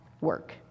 work